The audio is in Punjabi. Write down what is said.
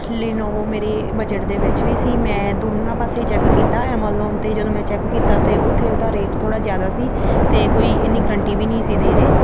ਲੀਨੋਵੋ ਮੇਰੀ ਬਜਟ ਦੇ ਵਿੱਚ ਵੀ ਸੀ ਮੈਂ ਦੋਨਾਂ ਪਾਸੇ ਚੈੱਕ ਕੀਤਾ ਐਮਜ਼ੋਨ 'ਤੇ ਜਦੋਂ ਮੈਂ ਚੈੱਕ ਕੀਤਾ ਅਤੇ ਉੱਥੇ ਉਹਦਾ ਰੇਟ ਥੋੜ੍ਹਾ ਜ਼ਿਆਦਾ ਸੀ ਅਤੇ ਕੋਈ ਇੰਨੀ ਗਰੰਟੀ ਵੀ ਨਹੀਂ ਸੀ ਦੇ ਰਹੇ